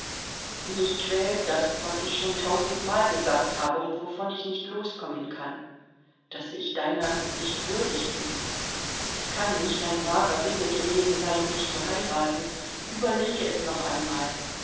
mich quält das was ich schon tausendmal gesagt habe und wovon ich nicht loskommen kann daß ich deiner nicht würdig bin es kann nicht dein wahrer wille gewesen sein mich zu heiraten überlege es noch einmal